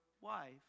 wife